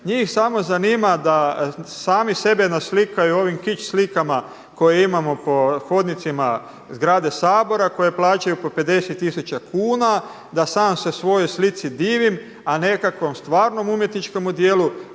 njih samo zanima da sami sebe naslikaju ovim kič slikama koje imamo po hodnicima zgrade Sabora koje plaćaju po 50 tisuća kuna, da sam se svojoj slici divim a nekakvom stvarnom umjetničkomu djelu